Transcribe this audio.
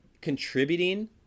contributing